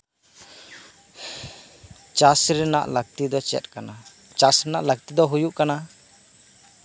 ᱪᱟᱥ ᱨᱮᱱᱟᱜ ᱞᱟᱹᱠᱛᱤ ᱫᱚ ᱪᱮᱫ ᱠᱟᱱᱟ ᱪᱟᱥ ᱨᱮᱭᱟᱜ ᱞᱟᱹᱠᱛᱤ ᱫᱚ ᱦᱩᱭᱩᱜ ᱠᱟᱱᱟ